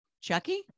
Chucky